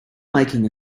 making